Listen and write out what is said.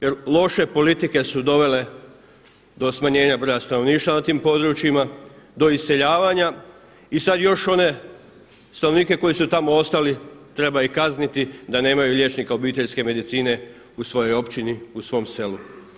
Jer loše politike su dovele do smanjenja broja stanovništva na tim područjima, do iseljavanja i sada još one stanovnike koji su tamo ostali trebaju kazniti da nemaju liječnika obiteljske medicine u svojoj općini u svom selu.